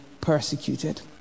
persecuted